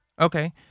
Okay